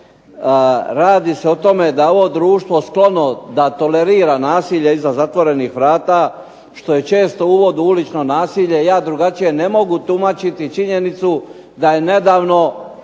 radi se o tome da ovo društvo sklon o da tolerira nasilje iza zatvorenih vrata, što je često uvod u ulično nasilje, ja ne mogu drugačije tumačiti činjenicu da je nedavno